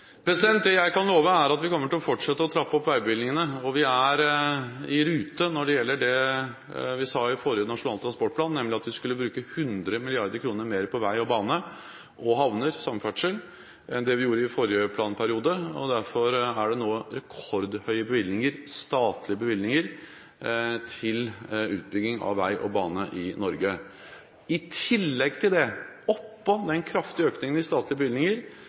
Det jeg kan love, er at vi kommer til å fortsette med å trappe opp veibevilgningene. Vi er i rute når det gjelder det vi sa i forrige nasjonale transportplan, nemlig at vi skulle bruke 100 mrd. kr mer på vei, bane og havner – samferdsel – enn det vi gjorde i forrige planperiode. Derfor er det nå rekordhøye statlige bevilgninger til utbygging av vei og bane i Norge. I tillegg til det – oppå den kraftige økningen i statlige bevilgninger